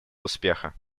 успеха